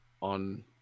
on